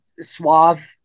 suave